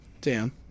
Dan